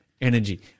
energy